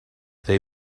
they